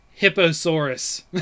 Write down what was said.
hipposaurus